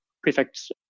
Prefect's